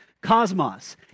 Cosmos